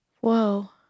Whoa